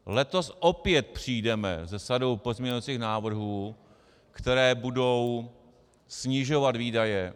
Letos opět přijdeme se sadou pozměňovacích návrhů, které budou snižovat výdaje.